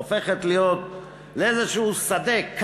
הופכת להיות איזשהו שדה,